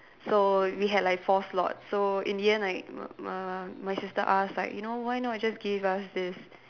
so we had like four slots so in the end like m~ my my sister ask like you know why not just give us this